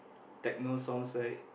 Techno songs right